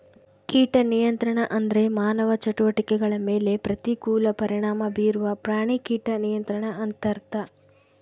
ಕೀಟ ನಿಯಂತ್ರಣ ಅಂದ್ರೆ ಮಾನವ ಚಟುವಟಿಕೆಗಳ ಮೇಲೆ ಪ್ರತಿಕೂಲ ಪರಿಣಾಮ ಬೀರುವ ಪ್ರಾಣಿ ಕೀಟ ನಿಯಂತ್ರಣ ಅಂತರ್ಥ